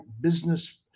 business